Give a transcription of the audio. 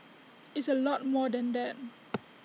it's A lot more than that